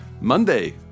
Monday